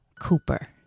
Cooper